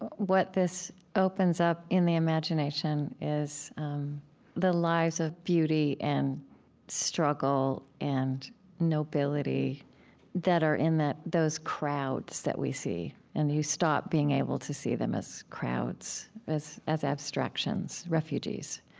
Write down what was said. what this opens up in the imagination is the lives of beauty and struggle and nobility that are in those crowds that we see. and you stop being able to see them as crowds, as as abstractions, refugees.